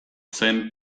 zen